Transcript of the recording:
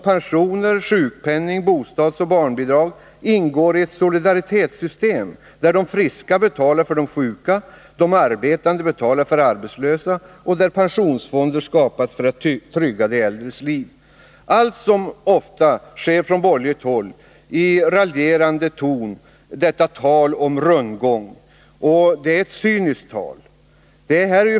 Pensioner, sjukpenning, bostadsoch barnbidrag ingår i ett solidaritetssystem, där de friska betalar för de sjuka, där de arbetande betalar för de arbetslösa och där pensionsfonder skapats för att trygga de äldres liv. Att, som ofta sker från borgerligt håll, raljera och kalla detta för ”rundgång” är cyniskt.